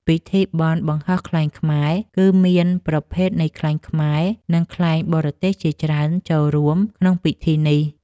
ពិធីបុណ្យបង្ហោះខ្លែងខ្មែរ គឺមានប្រភេទនៃខ្លែងខ្មែរ និងខ្លែងបរទេសជាច្រើនចូររួមក្នុងពិធីនេះ។